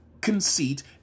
conceit